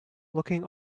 looking